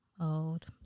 old